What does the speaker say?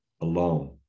alone